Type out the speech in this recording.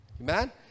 amen